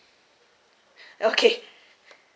okay